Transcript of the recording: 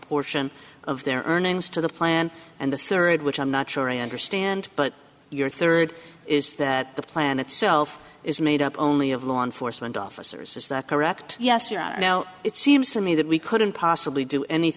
portion of their earnings to the plan and the third which i'm not sure i understand but your third is that the plan itself is made up only of law enforcement officers is that correct yes yeah now it seems to me that we couldn't possibly do any